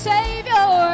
Savior